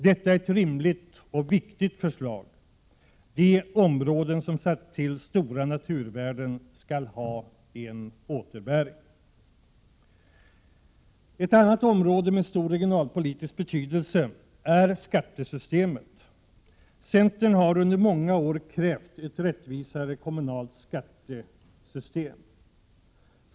Detta är ett rimligt och viktigt förslag. De områden som har satt till stora naturvärden skall ha en återbäring. Ett annat område med stor regionalpolitisk betydelse är skattesystemet. Centern har under många år krävt ett rättvisare kommunalskattesystem.